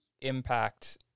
impact